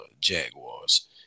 Jaguars